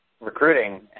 recruiting